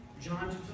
John